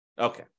Okay